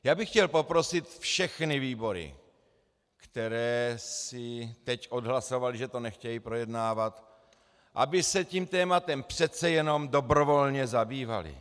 Já bych chtěl poprosit všechny výbory, které si teď odhlasovaly, že to nechtějí projednávat, aby se tím tématem přece jenom dobrovolně zabývaly.